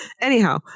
Anyhow